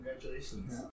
congratulations